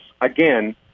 again